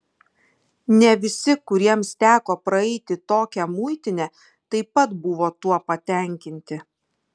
ne visi kuriems teko praeiti tokią muitinę taip pat buvo tuo patenkinti